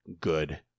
good